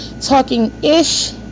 Talking-ish